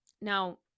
now